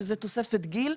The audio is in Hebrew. שזה תוספת גיל,